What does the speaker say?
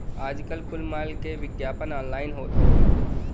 आजकल कुल माल के विग्यापन ऑनलाइन होत हौ